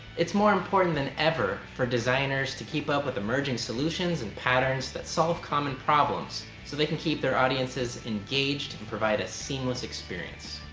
it's more important than ever for designers to keep up with emerging solutions and patterns that solve common problems so they can keep their audiences engaged and provide a seamless experience.